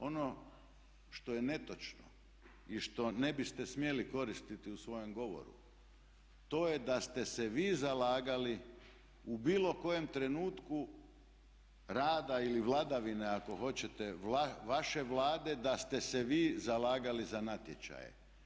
Ono što je netočno i što ne biste smjeli koristiti u svojem govoru, to je da ste se vi zalagali u bilo kojem trenutku rada ili vladavine ako hoćete vaše Vlade da ste se vi zalagali za natječaje.